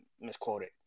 misquoted